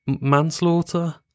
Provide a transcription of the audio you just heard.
manslaughter